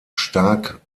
stark